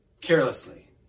carelessly